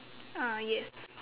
ah yes